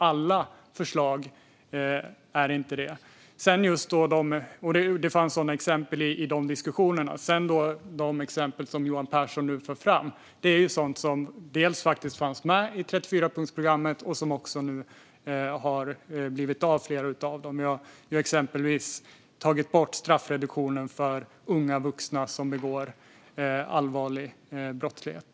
Alla förslag är inte det. Det fanns sådana exempel i de diskussionerna. De exempel som Johan Pehrson nu tar fram fanns faktiskt delvis med i 34-punktsprogrammet. Flera av dem har nu också blivit av. Vi har exempelvis tagit bort straffreduktionen för unga vuxna som begår allvarlig brottslighet.